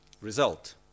result